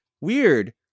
weird